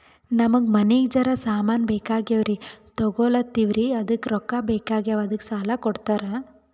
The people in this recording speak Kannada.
ನಮಗ ಮನಿಗಿ ಜರ ಸಾಮಾನ ಬೇಕಾಗ್ಯಾವ್ರೀ ತೊಗೊಲತ್ತೀವ್ರಿ ಅದಕ್ಕ ರೊಕ್ಕ ಬೆಕಾಗ್ಯಾವ ಅದಕ್ಕ ಸಾಲ ಕೊಡ್ತಾರ?